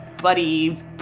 buddy